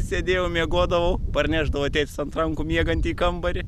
sėdėjau ir miegodavau parnešdavo tėtis ant rankų miegantį į kambarį